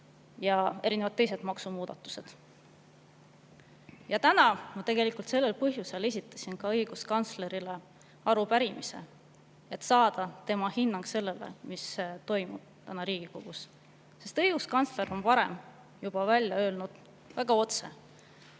ja teised maksumuudatused. Ja täna ma tegelikult sellel põhjusel esitasin õiguskantslerile arupärimise, et saada tema hinnang sellele, mis toimub Riigikogus. Õiguskantsler on varem juba välja öelnud väga otse: